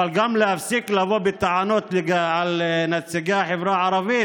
אבל גם להפסיק לבוא בטענות לנציגי החברה הערבית